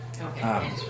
Okay